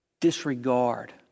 disregard